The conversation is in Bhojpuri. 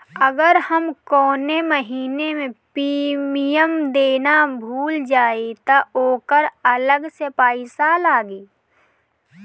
अगर हम कौने महीने प्रीमियम देना भूल जाई त ओकर अलग से पईसा लागी?